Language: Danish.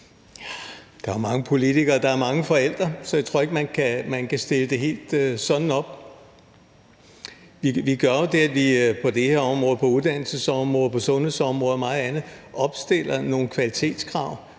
Der er mange politikere, og der er mange forældre. Så jeg tror ikke, at man kan stille det helt sådan op. Vi gør jo det på det her område, på uddannelsesområdet, på sundhedsområdet og ved meget andet, at